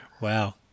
wow